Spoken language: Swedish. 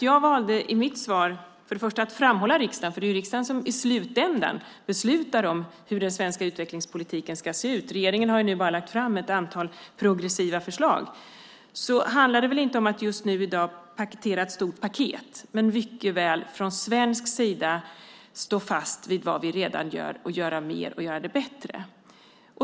Jag valde att i mitt svar först och främst framhålla riksdagen, för det är riksdagen som i slutänden beslutar om hur den svenska utvecklingspolitiken ska se ut. Regeringen har nu lagt fram ett antal progressiva förslag. Det handlar inte om att just nu komma med ett stort paket, men mycket väl om att från svensk sida stå fast vid vad vi redan gör, göra mer och göra det bättre.